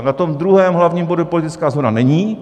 Na druhém hlavním bodu politická shoda není.